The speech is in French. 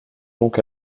donc